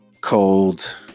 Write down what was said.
cold